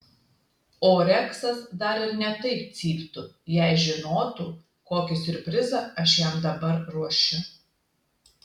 o reksas dar ir ne taip cyptų jei žinotų kokį siurprizą aš jam dabar ruošiu